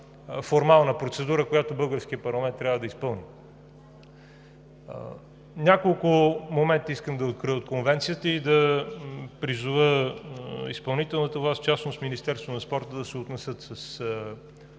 формална процедура, която българският парламент трябва да изпълни. Няколко момента искам да откроя от Конвенцията и да призова изпълнителната власт, в частност Министерството на младежта и спорта, да се отнесат с